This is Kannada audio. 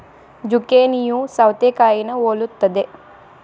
ಜುಕೇನಿಯೂ ಸೌತೆಕಾಯಿನಾ ಹೊಲುತ್ತದೆ